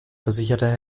versicherte